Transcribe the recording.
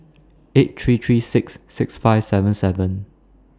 eight three three six six five seven seven